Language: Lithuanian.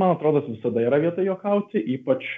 man atrodos visada yra vieta juokauti ypač